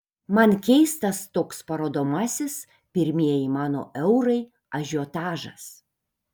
man keistas toks parodomasis pirmieji mano eurai ažiotažas